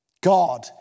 God